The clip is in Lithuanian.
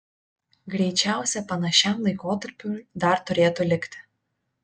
greičiausia panašiam laikotarpiui dar turėtų likti